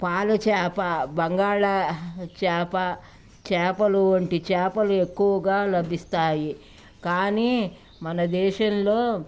పాలచేప బంగాళ చేప చపలు వంటి చేపలు ఎక్కువగా లభిస్తాయి కానీ మన దేశంలో